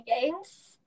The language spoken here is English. games